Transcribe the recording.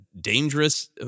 dangerous